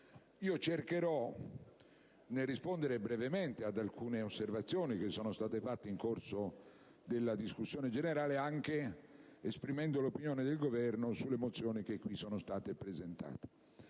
Cercherò di rispondere brevemente ad alcune osservazioni che sono state fatte nel corso della discussione generale, anche esprimendo l'opinione del Governo sulle mozioni che qui sono state presentate.